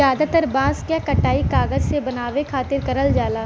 जादातर बांस क कटाई कागज के बनावे खातिर करल जाला